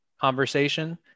conversation